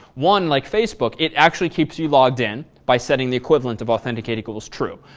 one, like facebook, it actually keeps you logged in by setting the equivalent of authenticated equals true.